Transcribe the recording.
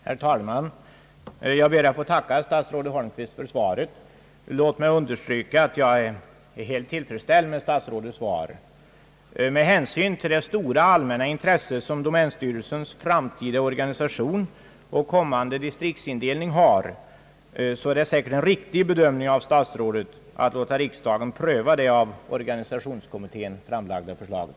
Herr talman! Jag tackar statsrådet Holmqvist för svaret. Låt mig understryka att jag är helt tillfredsställd med statsrådets svar. Med hänsyn till det stora allmänna intresse som domänstyrelsens framtida organisation och kommande distriktsindelning har, är det säkert en riktig bedömning av statsrådet att låta riksdagen pröva det av organisationskommittén framlagda förslaget.